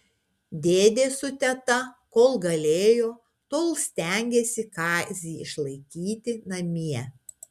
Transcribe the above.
dėdė su teta kol galėjo tol stengėsi kazį išlaikyti namie